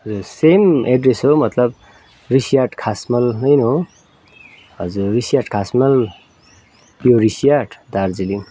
हजुर same address हो मतलब ऋषिहाट खासमल नै हो हजुर ऋषिहाट खासमल पिओ ऋषिहाट दार्जिलिङ